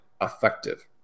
effective